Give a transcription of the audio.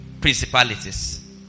Principalities